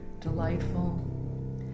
delightful